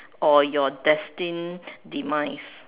or your destined demise